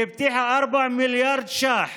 היא הבטיחה 4 מיליארד ש"ח